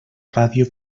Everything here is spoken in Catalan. ràdio